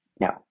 No